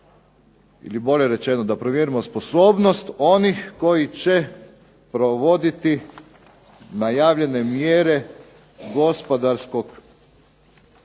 ili bolje rečeno da provjerimo sposobnost onih koji će provoditi najavljene mjere gospodarskog